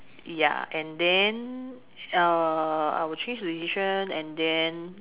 ya and then uh I would change the decision and then